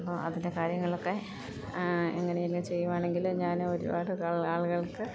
അപ്പം അതിൻ്റെ കാര്യങ്ങളൊക്കെ എങ്ങനെ എങ്കിലും ചെയ്യുകയാണെങ്കിൽ ഞാൻ ഒരുപാട് ആളുകൾക്ക്